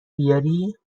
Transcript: بیاری